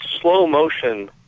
slow-motion